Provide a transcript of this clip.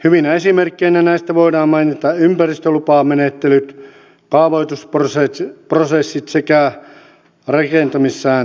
hyvinä esimerkkeinä näistä voidaan mainita ympäristölupamenettelyt kaavoitusprosessit sekä rakentamissääntely